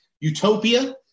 Utopia